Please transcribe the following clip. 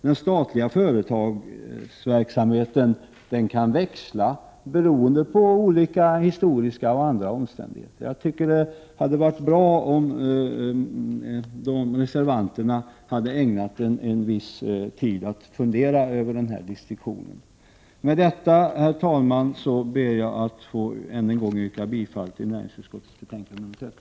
Den statliga företagsverksamheten kan växla, beroende på historiska och andra omständigheter. Jag tycker det hade varit bra om reservanterna ägnat litet tid åt att fundera över den distinktionen. Med detta, herr talman, ber jag att än en gång få yrka bifall till näringsutskottets hemställan i betänkande nr 13.